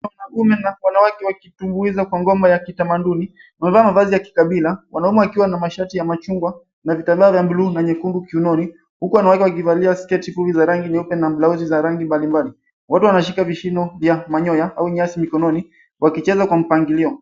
Wanaume na wanawake wakitumbuiza kwa ngoma ya kitamaduni. Wamevaa mavazi ya kikabila, wanaume wakiwa na mashati ya machungwa na vitambaa vya blue na nyekundu kiunoni, huku wanawake wakivalia sketi fupi za rangi nyeupe na blauzi za rangi mbalimbali. Watu wanashika vishindo vya manyoya au nyasi mikononi wakicheza kwa mpangilio.